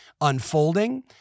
unfolding